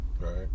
Right